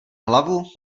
hlavu